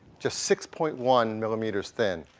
just six point one millimeters thin.